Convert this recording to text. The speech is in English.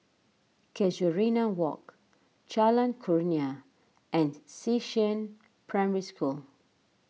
Casuarina Walk Jalan Kurnia and Xishan Primary School